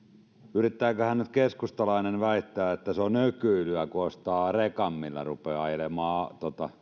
yrittääköhän nyt keskustalainen väittää että se on ökyilyä kun ostaa rekan millä rupeaa ajelemaan